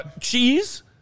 Cheese